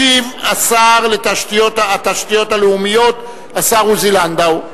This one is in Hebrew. ישיב שר התשתיות הלאומיות, השר עוזי לנדאו.